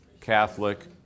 Catholic